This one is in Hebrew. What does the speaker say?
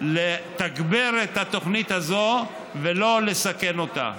לתגבר את התוכנית הזו ולא לסכן אותה.